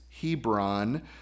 Hebron